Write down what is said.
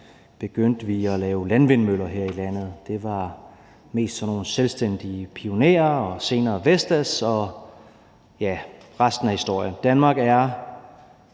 begyndte vi at lave landvindmøller her i landet. Det var mest sådan nogle selvstændige pionerer og senere Vestas, og ja, resten er historie. Danmark er